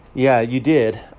yeah, you did.